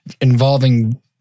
involving